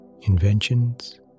inventions